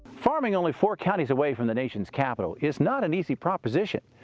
farming only four counties away from the nation's capital is not an easy proposition.